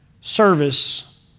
Service